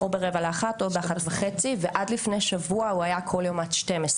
או ב-12:45 או ב-13:30 ועד לפני שבוע הוא היה כל יום עד 12:00,